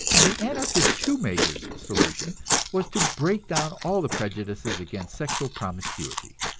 the anarchist shoemaker's solution was to break down all the prejudices against sexual promiscuity.